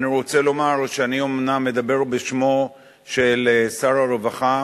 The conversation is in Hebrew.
אני רוצה לומר שאני אומנם מדבר בשמו של שר הרווחה,